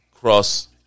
cross